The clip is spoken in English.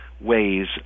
ways